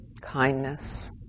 kindness